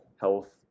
health